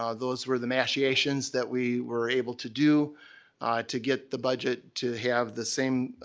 um those were the machinations that we were able to do to get the budget to have the same,